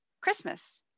Christmas